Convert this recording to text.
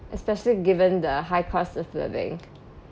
especially given the high cost of living